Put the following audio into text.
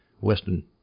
western